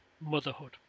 motherhood